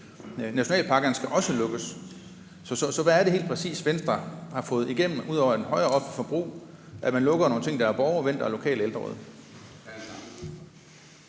nationalparkerne skal også lukkes. Så hvad er det helt præcis Venstre har fået igennem ud over et højere offentligt forbrug, altså at man lukker nogle ting, der er borgervendte, og lokale ældreråd?